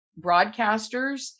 broadcasters